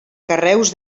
carreus